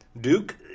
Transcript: Duke